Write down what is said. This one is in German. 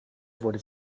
wurde